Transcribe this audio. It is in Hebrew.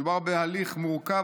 מדובר בהליך מורכב,